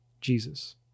Jesus